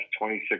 26%